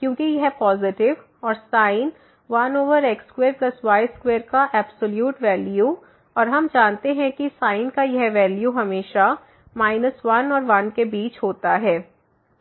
क्योंकि यह पॉसिटिव और sin1x2y2का एब्सलूट वैल्यू और हम जानते हैं कि का यह वैल्यू हमेशा 1 और 1 केबीच होता है